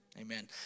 Amen